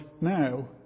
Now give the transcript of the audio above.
now